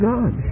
God